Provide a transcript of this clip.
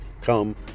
come